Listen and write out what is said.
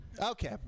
Okay